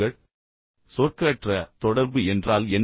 இப்போது சொற்களற்ற தொடர்பு என்றால் என்ன